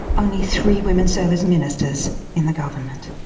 only three women serve as ministers in the government.